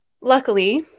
Luckily